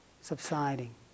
subsiding